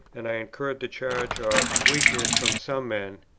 and i incurred the charge of weakness from some men,